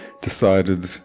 decided